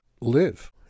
live